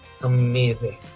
Amazing